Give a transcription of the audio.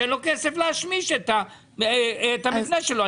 שאין לו כסף להשמיש את המבנה שלו.